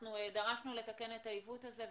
אנחנו דרשנו לתקן את העיוות הזה,